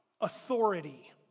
authority